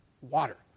water